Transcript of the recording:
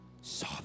saw